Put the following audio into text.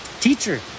Teacher